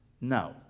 No